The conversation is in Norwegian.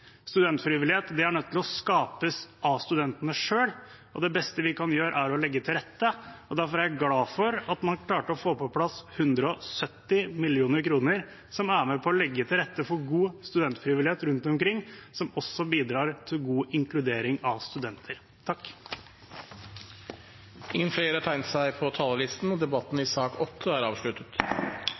Studentfrivillighet er nødt til å skapes av studentene selv, og det beste vi kan gjøre, er å legge til rette. Derfor er jeg glad for at man klarte å få på plass 170 mill. kr som er med på å legge til rette for god studentfrivillighet rundt omkring, og som også bidrar til god inkludering av studenter. Flere har ikke bedt om ordet til sak nr. 8. Etter ønske fra utdannings- og forskningskomiteen vil presidenten ordne debatten